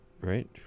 right